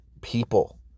people